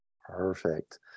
Perfect